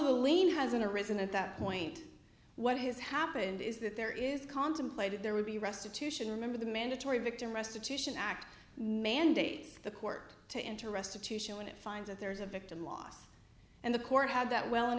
lame hasn't arisen at that point what has happened is that there is contemplated there would be restitution remember the mandatory victim restitution act mandates the court to enter restitution when it finds that there is a victim lost and the court had that well